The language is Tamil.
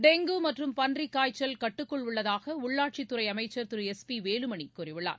டெங்கு மற்றும் பன்றிக் காய்ச்சல் கட்டுக்குள் உள்ளதாக உள்ளாட்சித் துறை அமைச்சர் திரு எஸ் பி வேலுமணி கூறியுள்ளார்